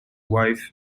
wife